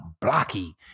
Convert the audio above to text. blocky